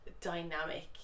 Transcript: dynamic